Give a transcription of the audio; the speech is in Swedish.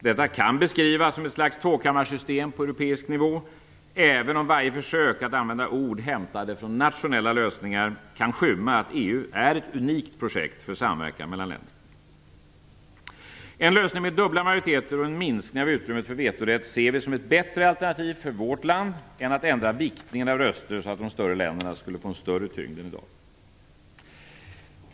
Detta kan beskrivas som ett slags tvåkammarsystem på europeisk nivå, även om varje försök att använda ord hämtade från nationella lösningar kan skymma att EU är ett unikt projekt för samverkan mellan länder. En lösning med dubbla majoriteter och en minskning av utrymmet för vetorätt ser vi som ett bättre alternativ för vårt land än en ändring av viktningen av röster så att de större länderna får en större tyngd än i dag.